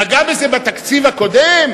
נגעה בזה בתקציב הקודם?